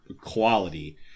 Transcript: quality